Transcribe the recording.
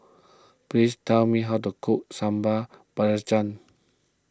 please tell me how to cook Sambal Belacan